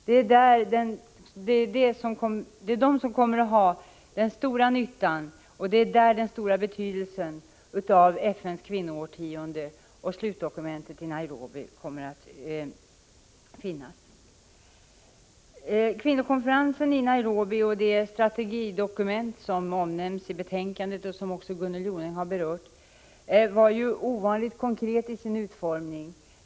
Det är de som kommer att ha den stora nyttan, och det är i det sammanhanget som den stora betydelsen av FN:s kvinnoårtionde och slutdokumentet i Nairobi kommer att finnas. Kvinnokonferensen i Nairobi och det strategidokument som omnämns i betänkandet, och som också Gunnel Jonäng har berört, var ju ovanligt konkret i sin utformning.